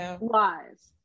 lies